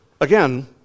Again